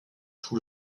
tout